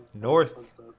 North